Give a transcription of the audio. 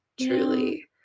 truly